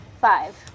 Five